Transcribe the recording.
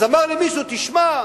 אז אמר לי מישהו: תשמע,